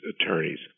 attorneys